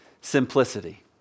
simplicity